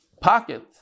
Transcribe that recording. pocket